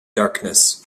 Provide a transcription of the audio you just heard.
darkness